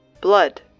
Blood